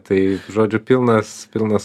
tai žodžiu pilnas pilnas